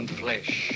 flesh